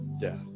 death